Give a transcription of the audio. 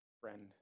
friend